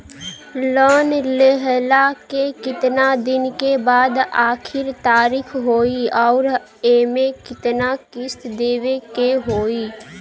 Loan लेहला के कितना दिन के बाद आखिर तारीख होई अउर एमे कितना किस्त देवे के होई?